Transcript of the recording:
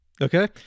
okay